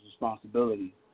responsibility